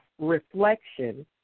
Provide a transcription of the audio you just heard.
reflection